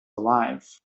alive